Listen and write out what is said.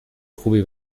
خوبی